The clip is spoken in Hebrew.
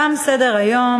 תם סדר-היום.